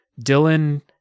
Dylan